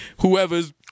Whoever's